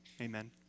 amen